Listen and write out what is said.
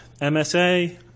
MSA